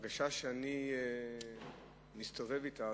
ההרגשה שאני מסתובב אתה,